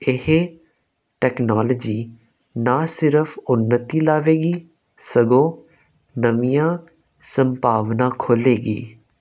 ਇਹ ਟੈਕਨੋਲਜੀ ਨਾ ਸਿਰਫ ਉੱਨਤੀ ਲਾਵੇਗੀ ਸਗੋਂ ਨਵੀਆਂ ਸੰਭਾਵਨਾ ਖੋਲ੍ਹੇਗੀ